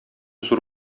зур